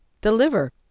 deliver